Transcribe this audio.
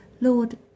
Lord